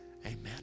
amen